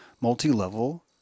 multi-level